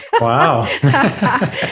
Wow